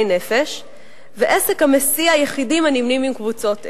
נפש ועסק המסיע יחידים הנמנים עם קבוצות אלה.